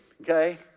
okay